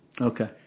Okay